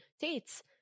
dates